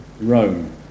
Rome